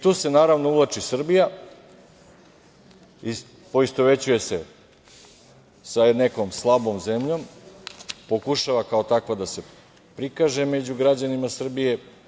Tu se, naravno uvlači Srbija, poistovećuje se sa nekom slabom zemljom, pokušava, kao takva da se prikaže među građanima Srbije.